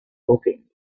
looking